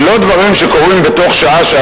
זה לא דברים שקורים בשעה-שעתיים,